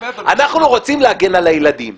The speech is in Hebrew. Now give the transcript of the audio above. אנחנו רוצים להגן על הילדים.